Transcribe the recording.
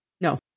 no